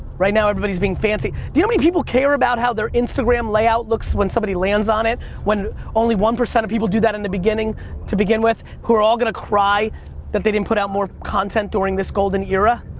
right now everybody's being fancy. do you know how many people care about how their instagram layout looks when somebody lands on it when only one percent of people do that in the beginning to begin with who are all gonna cry that they didn't put out more content during this golden era?